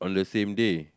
on the same day